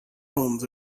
homes